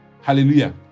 hallelujah